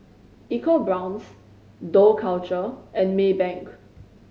EcoBrown's Dough Culture and Maybank